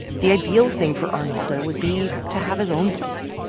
the ideal thing for arnaldo would be to have his own place,